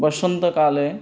वसन्तकाले